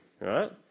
right